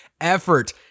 effort